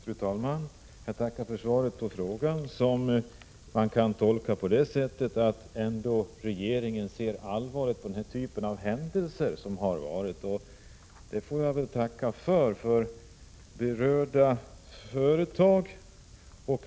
Fru talman! Jag tackar för svaret på frågan. Jag tolkar det så att regeringen ser allvarligt på den typ av händelser som förekommit i Borlänge. Det får jag tacka för.